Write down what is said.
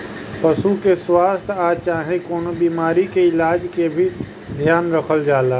पशु के स्वास्थ आ चाहे कवनो बीमारी के इलाज के भी ध्यान रखल जाला